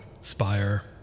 spire